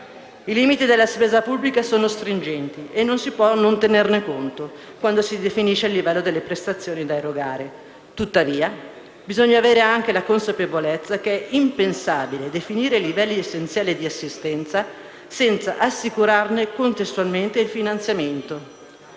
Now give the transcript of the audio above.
I limiti della spesa pubblica sono stringenti e non si può non tenerne conto quando si definisce il livello delle prestazioni da erogare. Tuttavia, bisogna avere anche la consapevolezza che è impensabile definire i livelli essenziali di assistenza senza assicurarne contestualmente il finanziamento.